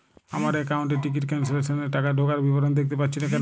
আমার একাউন্ট এ ticket cancellation এর টাকা ঢোকার বিবরণ দেখতে পাচ্ছি না কেন?